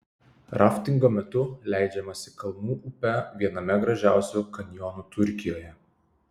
raftingo metu leidžiamasi kalnų upe viename gražiausių kanjonų turkijoje